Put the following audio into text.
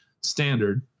standard